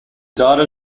data